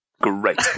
Great